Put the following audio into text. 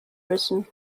müssen